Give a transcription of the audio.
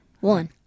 one